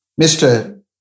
Mr